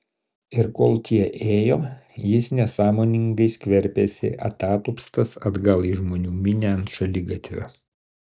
ir kol tie ėjo jis nesąmoningai skverbėsi atatupstas atgal į žmonių minią ant šaligatvio